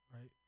right